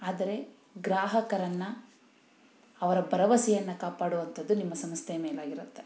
ಆದರೆ ಗ್ರಾಹಕರನ್ನು ಅವರ ಭರವಸೆಯನ್ನ ಕಾಪಾಡುವಂತದ್ದು ನಿಮ್ಮ ಸಂಸ್ಥೆಯ ಮೇಲಾಗಿರುತ್ತೆ